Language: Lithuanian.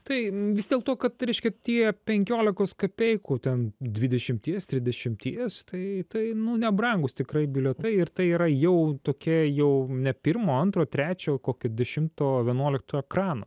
tai vis dėl to kad reiškia tie penkiolikos kapeikų ten dvidešimties tridešimties tai tai nu nebrangūs tikrai bilietai ir tai yra jau tokia jau ne pirmo antro trečio kokio dešimto vienuolikto ekrano